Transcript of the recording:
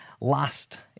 last